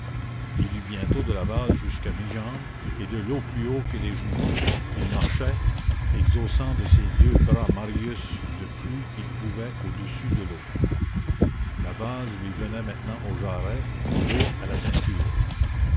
eut bientôt de la vase jusqu'à mi-jambe et de l'eau plus haut que les genoux il marchait exhaussant de ses deux bras marius le plus qu'il pouvait au-dessus de l'eau la vase lui venait maintenant aux jarrets et l'eau à la ceinture